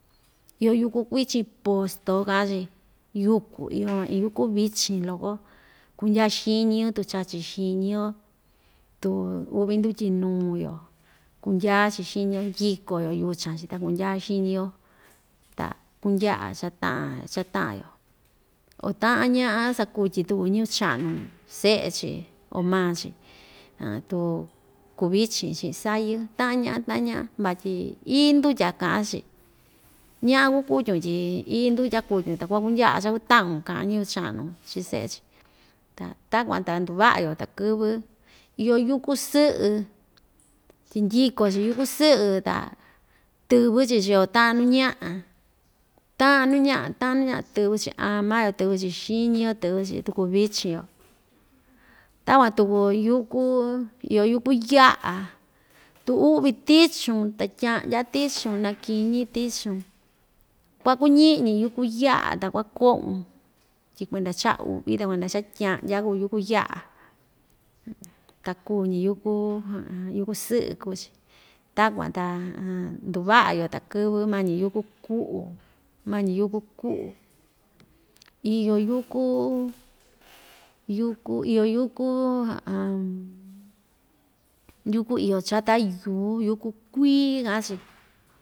Iyo yúku kuichin posto ka'an‑chi yuku iyo van iin yúku vichin loko kundyaa xiñi‑yo tu chachi xiñi‑yo tu u'vi ndutyinu‑yo kundyaa‑chi xiñi‑yo ndyiko‑yo yuchan‑chi ta kundyaa xiñi‑yo ta kundya'a cha ta'a cha ta'an‑yo o ta'an ña'a sakutyi tuku ñɨvɨ cha'nu se'e‑chi o maa‑chi tuu kuvichin chi'i sayɨ ta'an ña'a ta'an ña'a vatyi ií ndutya ka'an‑chi ña'a kukutyun tyi ií ndutya kutyun ta kuakundya'a cha‑kuta'un ka'an ñɨvɨ cha'nu chii se'e‑chi ta takuan ta nduva'a‑yo takɨ́vɨ iyo yúku sɨ'ɨ tyi ndyiko‑chi yúku sɨ'ɨ ta tɨvɨ‑chi chii‑yo ta'an nu ña'a ta'a nuu ña'a ta'an nuu ña'a tɨvɨ‑chi ama‑yo tɨvɨ‑chi xiñi‑yo tɨvɨ‑chi tu kuvichin‑yo takuan tuku yúku iyo yúku ya'a tu u'vi tichun ta tya'andya tichun nakiñí tichun kuakuñi'ñi yúku ya'a ta kuako'un tyi kuenda cha u'vi ta kuenda cha tya'ndya kuu yúku ya'a taku‑ñi yúku yúku sɨ'ɨ kuu‑chi takuan ta nduva'a‑yo takɨ́vɨ mañi yúku ku'u mañi yúku ku'u iyo yúku yúku iyo yúku yúku iyo chata yuu yúku kuii ka'an‑chi.